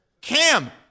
Cam